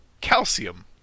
calcium